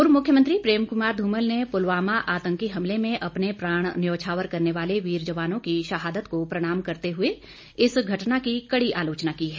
पूर्व मुख्यमंत्री प्रेम कुमार ध्रमल ने पुलवामा आतंकी हमले में अपने प्राण न्यौछावर करने वाले वीर जवानों की शहादत को प्रणाम करते हुए इस घटना की कड़ी आलोचना की है